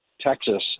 Texas